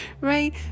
right